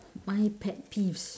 my pet peeves